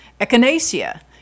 Echinacea